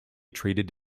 treated